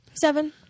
seven